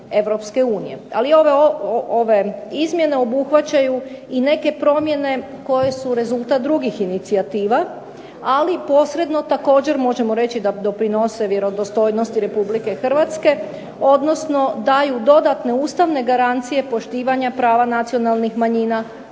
Ali ove izmjene obuhvaćaju i neke promjene koje su rezultat drugih inicijativa, ali posredno također možemo reći da doprinose vjerodostojnosti Republike Hrvatske, odnosno daju dodatne ustavne garancije poštivanja prava nacionalnih manjina, borbe